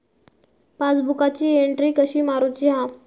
पासबुकाची एन्ट्री कशी मारुची हा?